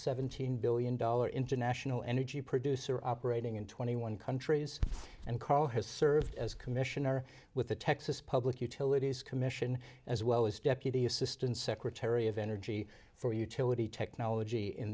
seventeen billion dollar international energy producer operating in twenty one countries and karl has served as commissioner with the texas public utilities commission as well as deputy assistant secretary of energy for utility technology in